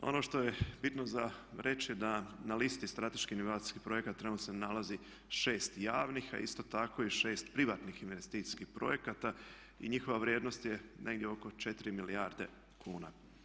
Ono što je bitno za reći da na listi strateških investicijskih projekata trenutno se nalazi 6 javnih, a isto tako i 6 privatnih investicijskih projekata i njihova vrijednost je negdje oko 4 milijarde kuna.